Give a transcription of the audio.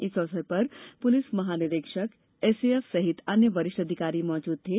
इस अवसर पर पुलिस महानिरीक्षक एसएएफ सहित अन्य वरिष्ठ अधिकारी मौजूद थे